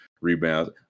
rebounds